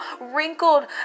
wrinkled